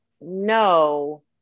no